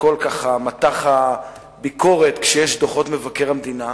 כל מטח הביקורת כשיש דוחות של מבקר המדינה,